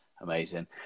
Amazing